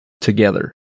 together